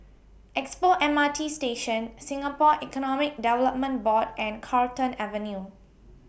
Expo M R T Station Singapore Economic Development Board and Carlton Avenue